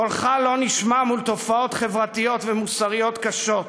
קולך לא נשמע מול תופעות חברתיות ומוסריות קשות.